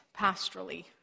pastorally